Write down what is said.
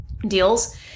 deals